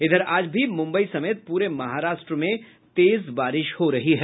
इधर आज भी मुंबई समेत पूरे महाराष्ट्र में तेज बारिश हो रही है